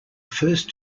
first